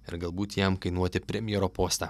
ir galbūt jam kainuoti premjero postą